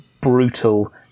brutal